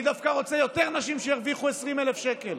אני דווקא רוצה יותר נשים שירוויחו 20,000 שקלים.